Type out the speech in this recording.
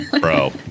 bro